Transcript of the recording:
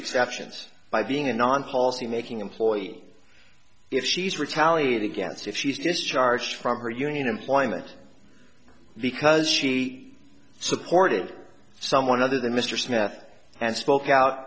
exceptions by being a non policy making employee if she's retaliated against if she's discharged from her union employment because she supported someone other than mr smith and spoke out